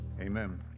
amen